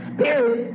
Spirit